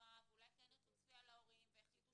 נורא ואולי כן ירצו צפייה להורים ויחליטו